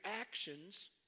actions